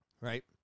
Right